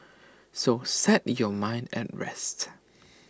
so set your mind at rest